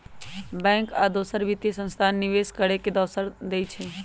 bank आ दोसर वित्तीय संस्थान निवेश करे के अवसर देई छई